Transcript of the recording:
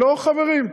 לא, חברים.